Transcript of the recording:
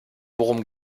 worum